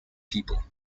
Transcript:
people